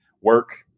work